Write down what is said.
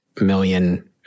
million